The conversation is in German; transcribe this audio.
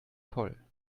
voll